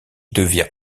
devient